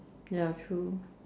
ya true